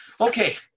Okay